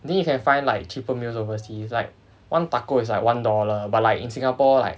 then you can find like cheaper meals overseas like one taco is like one dollar but like in singapore like